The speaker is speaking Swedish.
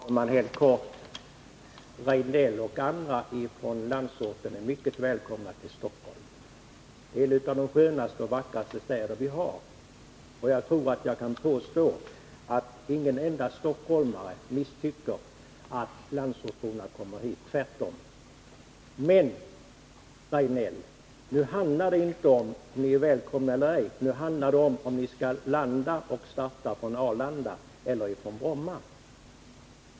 Herr talman! Helt kort: Eric Rejdnell och andra från landsorten är mycket välkomna till Stockholm, en av de skönaste och vackraste städer som finns. Inte en enda stockholmare misstycker om landsortsborna kommer hit, tvärtom. Men, Eric Rejdnell, nu handlar det inte om huruvida ni är välkomna eller ej, utan om ni skall landa och starta från Arlanda eller från Bromma.